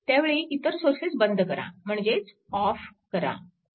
त्यावेळी इतर सोर्सेस बंद करा म्हणजेच ऑफ करा